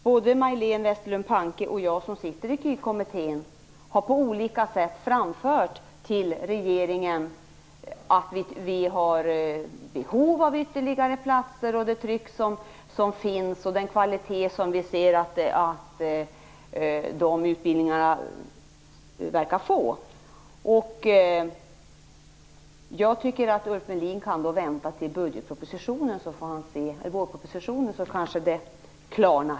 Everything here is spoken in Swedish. Både Majléne Westerlund Panke och jag som sitter i KY-kommittén har på olika sätt framfört till regeringen att det finns behov av ytterligare platser med tanke på det tryck som finns och den kvalitet som vi ser att dessa utbildningar verkar få. Jag tycker att Ulf Melin kan vänta till vårpropositionen, så kanske det klarnar.